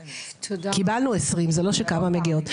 קיבלנו 20, זה לא שכמה מגיעות.